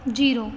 zero